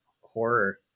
horror